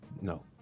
No